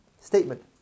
Statement